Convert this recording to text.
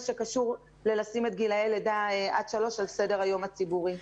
שקשור בהשמת גילי לידה עד שלוש על סדר היום הציבורי.